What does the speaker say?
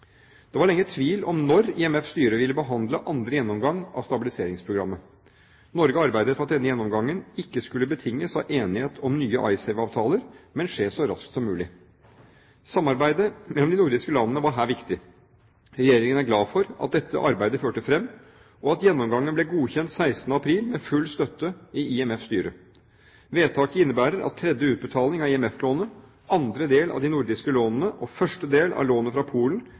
Det var lenge tvil om når IMFs styre ville behandle andre gjennomgang av stabiliseringsprogrammet. Norge arbeidet for at denne gjennomgangen ikke skulle betinges av enighet om nye Icesave-avtaler, men skje så raskt som mulig. Samarbeidet mellom de nordiske landene var her viktig. Regjeringen er glad for at dette arbeidet førte fram, og at gjennomgangen ble godkjent 16. april med full støtte i IMFs styre. Vedtaket innebærer at tredje utbetaling av IMF-lånet, andre del av de nordiske lånene og første del av lånet fra Polen